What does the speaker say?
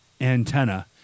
antenna